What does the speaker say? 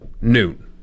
noon